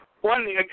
One